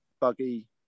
buggy